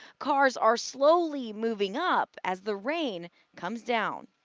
cars are slowly moving up as the rain comes down.